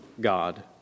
God